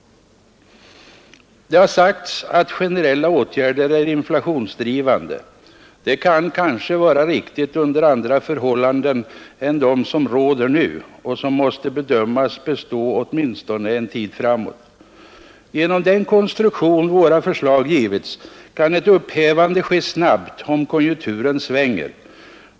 Det har sagts att generella åtgärder är inflationsdrivande. Det kan kanske vara riktigt under andra förhållanden än de som råder nu och som måste bedömas bestå åtminstone en tid framåt. Genom den konstruktion våra förslag givits kan ett upphävande ske snabbt om konjunkturen svänger.